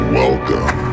welcome